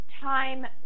time